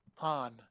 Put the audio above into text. on